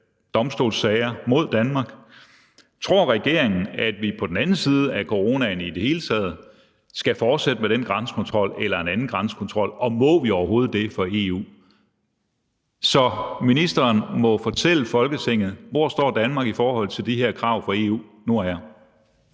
domstolssager mod Danmark? Tror regeringen, at vi på den anden side af coronaen i det hele taget skal fortsætte med den grænsekontrol eller en anden grænsekontrol, og må vi overhovedet det for i EU? Så ministeren må fortælle Folketinget, hvor Danmark står i forhold til de her krav fra EU nu og her.